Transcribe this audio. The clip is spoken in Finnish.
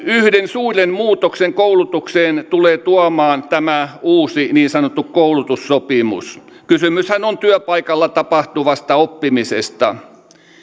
yhden suuren muutoksen koulutukseen tulee tuomaan tämä uusi niin sanottu koulutussopimus kysymyshän on työpaikalla tapahtuvasta oppimisesta